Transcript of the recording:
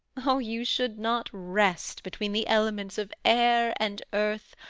o, you should not rest between the elements of air and earth,